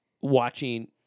watching